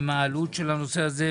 ומה העלות של הנושא הזה,